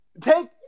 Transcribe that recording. Take